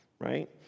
right